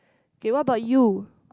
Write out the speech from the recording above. okay what about you